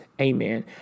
Amen